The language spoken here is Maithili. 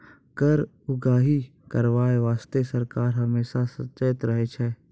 कर उगाही करबाय बासतें सरकार हमेसा सचेत रहै छै